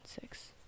six